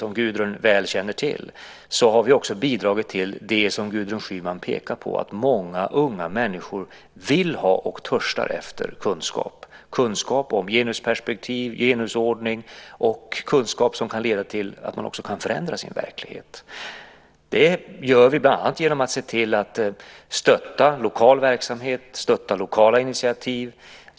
Som Gudrun Schyman väl känner till har vi också bidragit till det som Gudrun Schyman pekar på, att många unga människor vill ha och törstar efter kunskap, kunskap om genusperspektiv och genusordning och kunskap som kan leda till att man kan förändra sin verklighet. Det gör vi bland annat genom att se till att stötta lokal verksamhet, stötta lokala initiativ.